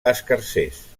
escarsers